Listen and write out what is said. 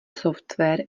software